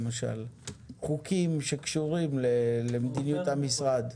חוקים שקשורים למדיניות המשרד.